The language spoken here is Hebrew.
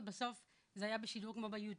ובסוף זה היה בשידור כמו ביו טיוב.